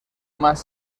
más